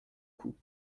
coup